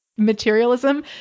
Materialism